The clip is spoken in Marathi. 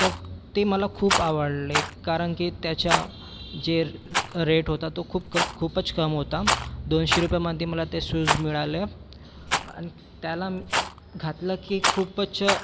तर ते मला खूप आवडले कारण की त्याच्या जे र रेट होता तो खूप कमी खूपच कमी होता दोनशे रूपयामध्ये मला ते शूज मिळाले आणि त्याला घातलं की खूपच